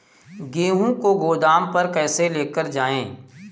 गेहूँ को गोदाम पर कैसे लेकर जाएँ?